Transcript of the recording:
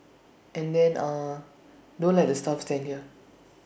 and then ah don't let the staff stand here